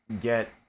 get